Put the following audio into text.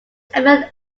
event